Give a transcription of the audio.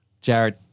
Jared